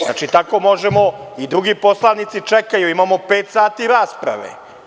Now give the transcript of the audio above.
Znači, tako možemo, i drugi poslanici čekaju, imamo pet sati rasprave.